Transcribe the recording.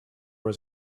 was